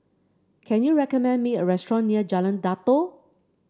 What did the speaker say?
can you recommend me a restaurant near Jalan Datoh